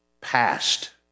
past